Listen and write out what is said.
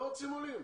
הם לא רוצים עולים.